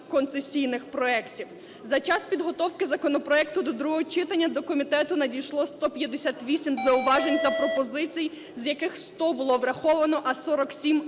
концесійних проектів. За час підготовки законопроекту до другого читання до комітету надійшло 158 зауважень та пропозицій, з яких 100 було враховано, а 47